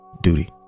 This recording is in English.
duty